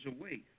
away